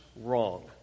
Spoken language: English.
wrong